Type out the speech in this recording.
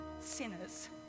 Sinners